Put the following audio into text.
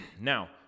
Now